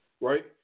right